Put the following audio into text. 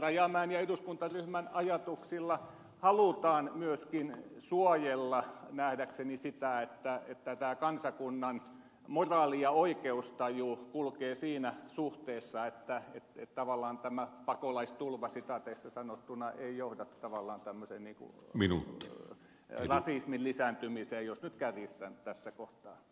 rajamäen ja eduskuntaryhmän ajatuksilla halutaan nähdäkseni suojella sitä että tämän kansakunnan moraali ja oikeustaju kulkee siinä suhteessa että tavallaan tämä pakolaistulva sitaateissa sanottuna ei johda tämmöiseen rasismin lisääntymiseen jos nyt kärjistän tässä kohtaa